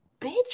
bitch